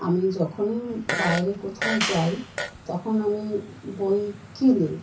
আমি যখনই বাইরে কোথাও যাই তখন আমি বই কিনি